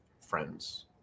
friends